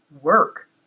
Work